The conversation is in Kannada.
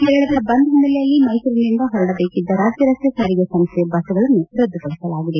ಕೇರಳದ ಬಂದ್ ಹಿನ್ನೆಲೆಯಲ್ಲಿ ಮೈಸೂರಿನಿಂದ ಹೊರಡಬೇಕಿದ್ದ ರಾಜ್ಯ ರಸ್ತೆ ಸಾರಿಗೆ ಸಂಸ್ಥೆಯ ಬಸ್ಸುಗಳನ್ನು ರದ್ದುಪಡಿಸಲಾಗಿದೆ